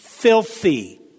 filthy